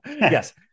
Yes